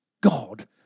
God